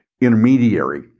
intermediary